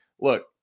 Look